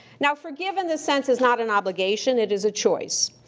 now, forgive in this sense is not an obligation. it is a choice.